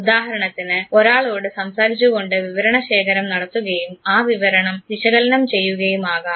ഉദാഹരണത്തിന് ഒരാളോട് സംസാരിച്ചു കൊണ്ട് വിവരണ ശേഖരം നടത്തുകയും ആ വിവരണം വിശകലനം ചെയ്യുകയും ആവാം